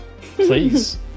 Please